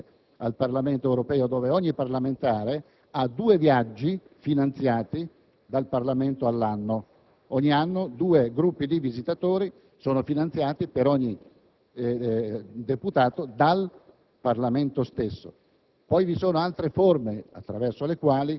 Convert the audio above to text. immaginare di proporre quello che già esiste al Parlamento europeo, dove ogni parlamentare ha due viaggi all'anno finanziati dal Parlamento. Ogni anno due gruppi di visitatori sono finanziati, per ogni deputato, dal Parlamento stesso.